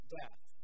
death